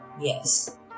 Yes